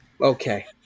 Okay